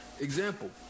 example